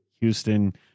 Houston